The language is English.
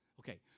Okay